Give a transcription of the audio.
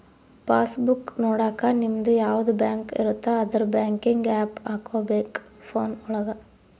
pass book ನೊಡಕ ನಿಮ್ಡು ಯಾವದ ಬ್ಯಾಂಕ್ ಇರುತ್ತ ಅದುರ್ ಬ್ಯಾಂಕಿಂಗ್ ಆಪ್ ಹಕೋಬೇಕ್ ಫೋನ್ ಒಳಗ